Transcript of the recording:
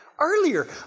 earlier